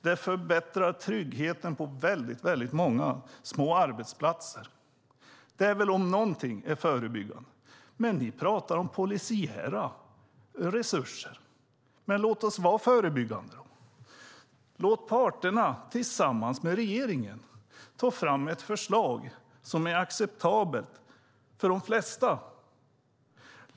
Det förbättrar tryggheten på väldigt många små arbetsplatser. Det om någonting är förebyggande. Ni talar om polisiära resurser. Men låt oss då vara förebyggande. Låt parterna tillsammans med regeringen ta fram ett förslag som är acceptabelt för de flesta.